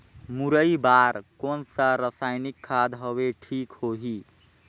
मुरई बार कोन सा रसायनिक खाद हवे ठीक होही?